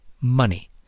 Money